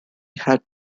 had